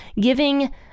giving